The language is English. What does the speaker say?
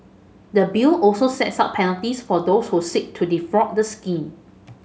the Bill also sets out penalties for those who seek to defraud the scheme